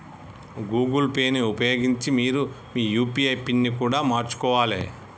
Google Pay ని ఉపయోగించి మీరు మీ యూ.పీ.ఐ పిన్ని కూడా మార్చుకోవాలే